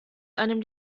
einem